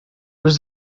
was